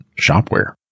shopware